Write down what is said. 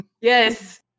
yes